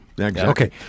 Okay